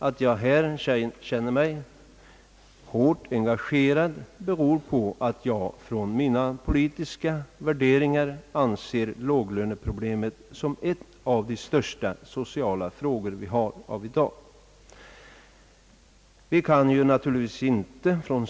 Att jag här känner mig hårt engagerad, beror på att jag från mina politiska värderingar anser låglöneproblemet som en av våra största sociala frågor av i dag.